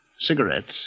Cigarettes